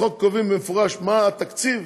בחוק קובעים במפורש מה התקציב